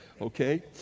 okay